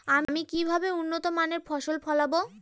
আমি কিভাবে উন্নত মানের ফসল ফলাব?